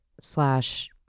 slash